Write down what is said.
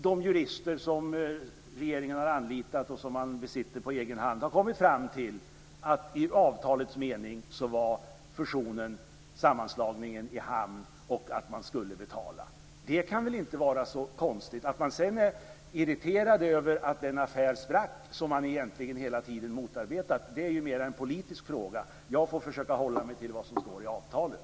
De jurister som regeringen har anlitat och som man besitter på egen hand har kommit fram till att i avtalets mening var fusionen, sammanslagningen, i hamn och man skulle betala. Det kan väl inte vara så konstigt. Att vissa sedan var irriterade över att den affär sprack som de egentligen hela tiden motarbetat är ju mer en politisk fråga. Jag får försöka hålla mig till vad som står i avtalen.